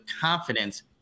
confidence